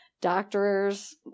doctors